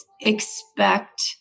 expect